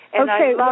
Okay